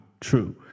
true